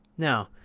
now,